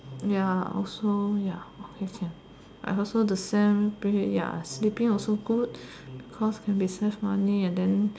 ya also ya okay can I also the same be ya sleeping also good because can be save money and then